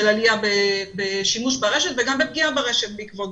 עלייה בשימוש ברשת בעקבות זה גם פגיעה ברשת.